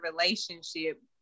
relationship